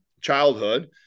childhood